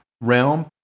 realm